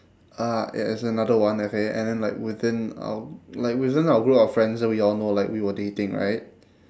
uh i~ it's another one okay and then like within our like within our group of friends so we all know that we were dating right